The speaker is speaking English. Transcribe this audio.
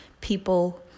people